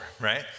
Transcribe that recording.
right